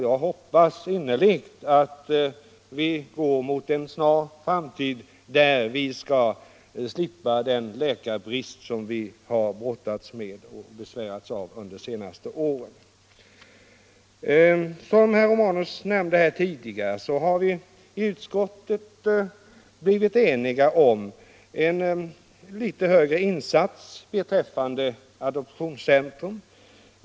Jag hoppas innerligt att vi går mot en bättre framtid, där vi snart skall slippa den läkarbrist som vi har brottats med och besviärats av under de senaste åren. | Som herr Romanus nämnde tidigare har vi i utskottet varit eniga om en litet högre insats beträffande adoptionscentrum.